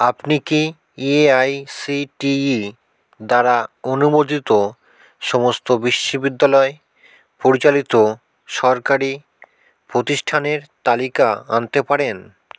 আপনি কি এআইসিটিই দ্বারা অনুমোদিত সমস্ত বিশ্ববিদ্যালয় পরিচালিত সরকারি প্রতিষ্ঠানের তালিকা আনতে পারেন